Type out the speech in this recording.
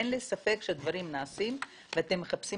אין לי ספק שהדברים נעשים ואתם מחפשים